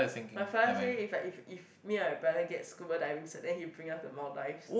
my father say if I if if me and my brother get scuba diving cert then he bring us to Maldives